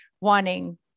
wanting